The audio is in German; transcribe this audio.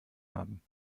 haben